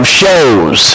shows